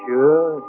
Sure